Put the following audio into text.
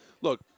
look